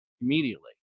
immediately